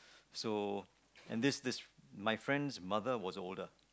so and this this my friends mother was older